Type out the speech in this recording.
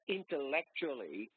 intellectually